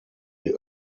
die